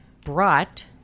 brought